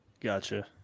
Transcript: gotcha